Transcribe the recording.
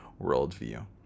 worldview